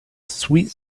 sweet